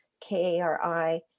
K-A-R-I